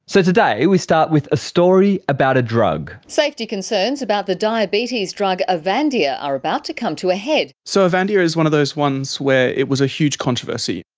so today we start with a story about a drug. safety concerns about the diabetes drug avandia are about to come to a head. so avandia is one of those ones where it was a huge controversy.